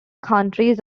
countries